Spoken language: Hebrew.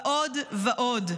ועוד ועוד.